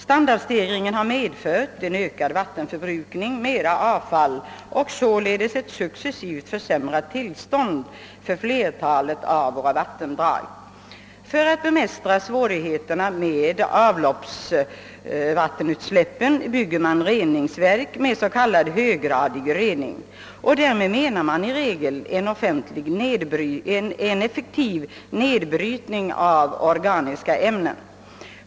Standardstegringen har medfört en ökad vattenförbrukning, mer avfall och således ett successivt försämrat tillstånd för flertalet av våra vattendrag. För att bemästra svårigheterna med avloppsvattenutsläppen bygger man reningsverk med s.k. höggradig rening — därmed menas i regel en effektiv nedbrytning av organiska ämnen.